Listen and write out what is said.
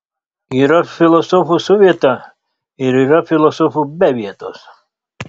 yra filosofų su vieta ir yra filosofų be vietos